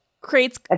Creates